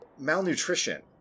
malnutrition